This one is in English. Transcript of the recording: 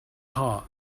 heart